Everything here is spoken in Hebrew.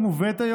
כנסת נכבדה,